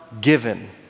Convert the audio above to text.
given